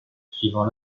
suivant